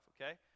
okay